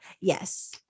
Yes